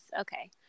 Okay